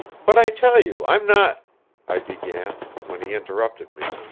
but i tell you i'm not i began, when he interrupted me.